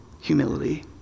humility